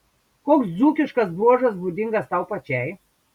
koks dzūkiškas bruožas būdingas tau pačiai